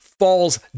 falls